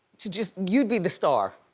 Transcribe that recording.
to just, you'd be the star.